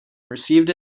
received